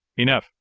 enough.